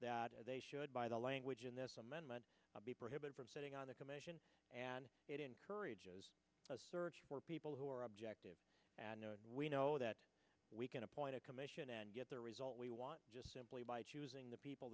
that they should by the language in this amendment be prohibited from sitting on the commission and it encourages search for people who are objective and we know that we can appoint a commission and get the result we want just simply by choosing the people